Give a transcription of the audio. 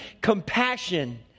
compassion